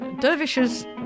dervishes